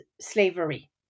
slavery